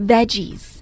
Veggies